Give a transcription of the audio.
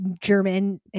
German